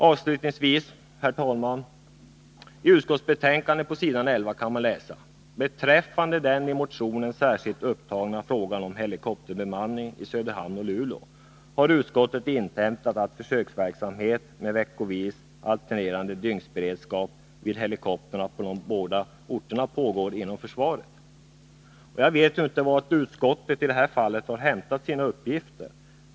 Avslutningsvis: På s. 11 i utskottets betänkande kan man läsa: ”Beträffande den i motionen särskilt upptagna frågan om helikopterbemanningen i Söderhamn och Luleå har utskottet inhämtat att försöksverksamhet med veckovis alternerande dygnsberedskap vid helikoptrarna på de båda orterna pågår inom försvaret.” Jag vet inte var utskottet i detta fall har hämtat sina uppgifter.